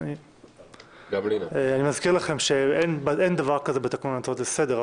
אני מזכיר לכם שאין דבר כזה בתקנון הצעות לסדר.